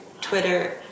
Twitter